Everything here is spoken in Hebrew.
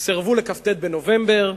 סירבו לכ"ט בנובמבר,